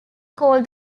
called